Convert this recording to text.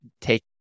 take